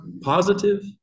Positive